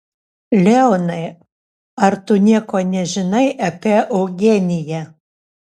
leonai ar tu nieko nežinai apie eugeniją